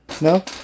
no